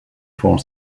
four